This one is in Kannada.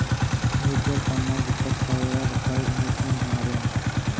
ಮುಚುವಲ್ ಫಂಡ್ನಾಗ್ ಇಪ್ಪತ್ತು ಸಾವಿರ್ ರೂಪೈ ಇನ್ವೆಸ್ಟ್ಮೆಂಟ್ ಮಾಡೀನಿ